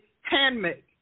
handmade